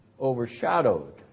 overshadowed